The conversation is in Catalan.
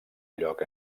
lloc